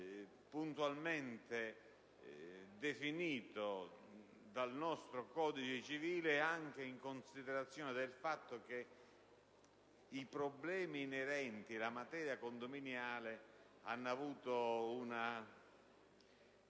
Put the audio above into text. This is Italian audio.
puntualmente definito dal nostro codice civile, anche in considerazione del fatto che i problemi inerenti alla materia condominiale hanno avuto